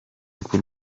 tw’u